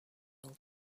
old